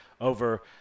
over